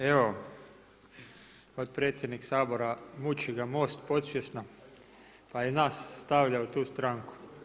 Evo potpredsjednik Sabora, muči ga MOST podsvjesno, pa i nas stavlja u tu stranku.